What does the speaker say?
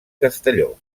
castelló